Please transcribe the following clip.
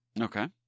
Okay